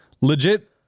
Legit